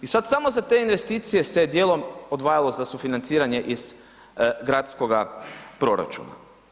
I sad samo za te investicije se djelom odvajalo za sufinanciranje iz gradskoga proračuna.